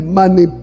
money